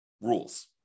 rules